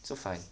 so fun